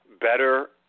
better